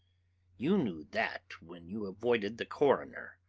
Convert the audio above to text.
you knew that, when you avoided the coroner.